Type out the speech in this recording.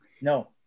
no